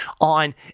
on